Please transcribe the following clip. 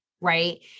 right